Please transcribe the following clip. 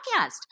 podcast